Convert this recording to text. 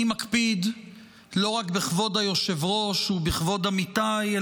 אני מקפיד לא רק בכבוד היושב-ראש ובכבוד עמיתיי,